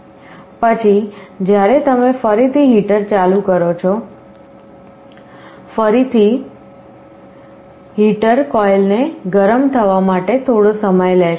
પછી જ્યારે તમે ફરીથી હીટર ચાલુ કરો છો ફરીથી હીટર કોઇલને ગરમ થવા માટે થોડો સમય લેશે